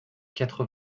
quatre